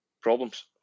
problems